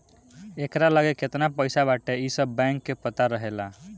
एकरा लगे केतना पईसा बाटे इ सब बैंक के पता रहेला